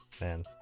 Man